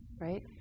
right